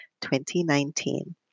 2019